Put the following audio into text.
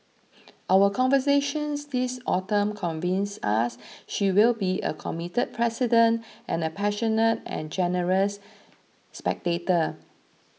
our conversations this autumn convince us she will be a committed president and a passionate and generous spectator